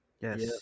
Yes